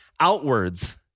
outwards